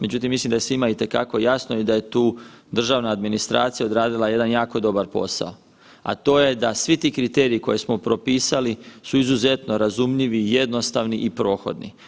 Međutim, mislim da je svima itekako jasno i da je tu državna administracija odradila jedan jako dobar posao, a to je da svi ti kriteriji koje smo propisali su izuzetno razumljivi i jednostavni i prohodni.